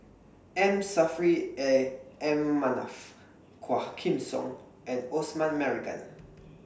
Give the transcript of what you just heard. M Saffri A M Manaf Quah Kim Song and Osman Merican